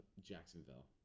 Jacksonville